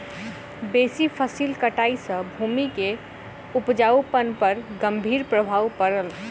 बेसी फसिल कटाई सॅ भूमि के उपजाऊपन पर गंभीर प्रभाव पड़ल